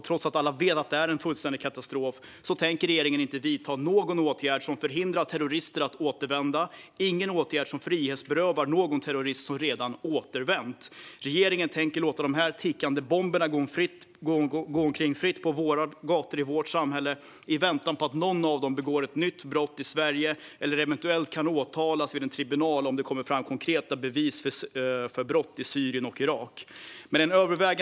Trots att alla vet att det är en fullständig katastrof tänker regeringen inte vidta någon åtgärd som förhindrar terrorister att återvända och inte heller någon åtgärd som frihetsberövar någon terrorist som redan har återvänt. Regeringen tänker låta dessa tickande bomber gå omkring fritt på våra gator i vårt samhälle i väntan på att någon av dem begår ett nytt brott i Sverige eller eventuellt kan åtalas vid en tribunal, om det kommer fram konkreta bevis för brott i Syrien och Irak.